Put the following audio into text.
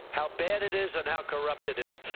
how bad it is and how corrupt it is.